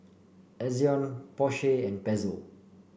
Ezion Porsche and Pezzo